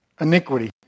Iniquity